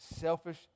selfish